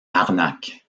arnaque